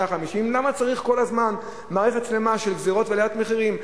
150. למה צריך כל הזמן מערכת שלמה של גזירות ועליית מחירים?